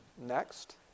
next